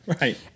right